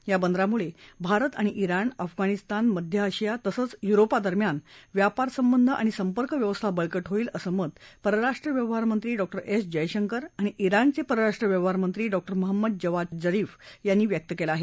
या बंदरामुळे भारत आणि ज्ञिण अफगाणिस्तान मध्य आशिया तसंच युरोपादरम्यान व्यापार संबंध आणि संपर्क व्यवस्था बळकट होईल असं मत परराष्ट्र व्यवहारमंत्री डॉक्टर एस जयशंकर अणि ित्राणचे परराष्ट्र व्यवहारमंत्री डॉक्टर महम्मद जवाद जरीफ यांनी व्यक्त केला आहे